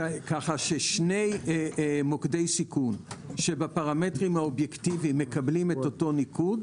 כך ששני מוקדי סיכון שבפרמטרים האובייקטיביים מקבלים את אותו ניקוד,